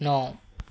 ਨੌਂ